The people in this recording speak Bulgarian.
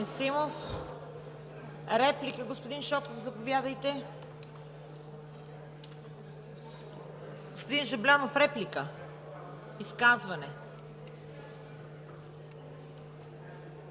Реплики? Господин Шопов, заповядайте. Господин Жаблянов, реплика? Изказване.